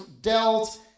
dealt